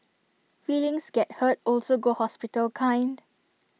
feelings get hurt also go hospital kind